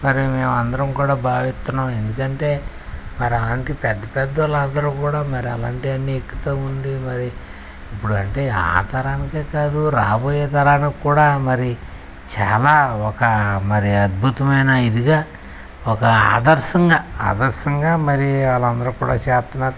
మరి మేము అందరం కూడా భావిస్తున్నాం ఎందుకంటే మరి అలాంటి పెద్ద పెద్ద వాళ్ళు అందరు కూడా మరి అలాంటివి అన్నీ ఎక్కుతు వుండి మరి ఇప్పుడు అంటే ఆ తరానికే కాదు రాబోయేతరానికి కూడా మరి చాలా ఒక మరి అద్భుతమైన ఇదిగా ఒక ఆదర్శంగా ఆదర్శంగా మరి వాళ్ళు అందరు కూడా చేస్తున్నారు